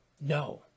No